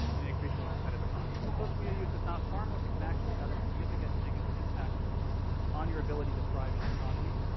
in an increasingly competitive economy. so social media use is not harmless, it can actually have a significant negative impact on your ability to thrive in the economy.